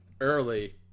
early